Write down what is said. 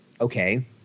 Okay